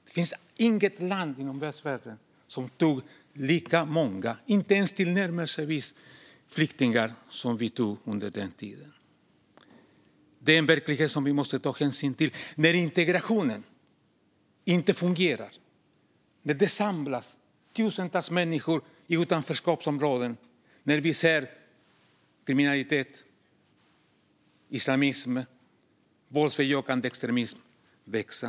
Det finns inget land i västvärlden som tog emot ens tillnärmelsevis lika många flyktingar som vi gjorde under den tiden. Det är en verklighet vi måste ta hänsyn till när integrationen inte fungerar, när det samlas tusentals människor i utanförskapsområden och när vi ser kriminalitet, islamism och våldsbejakande extremism växa.